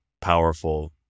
powerful